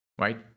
right